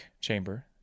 chamber